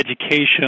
education